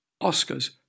Oscar's